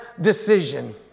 decision